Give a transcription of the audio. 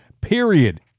Period